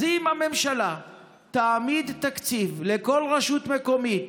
אז אם הממשלה תעמיד תקציב לכל רשות מקומית,